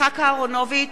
יצחק אהרונוביץ,